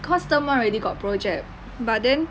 cause term one already got project but then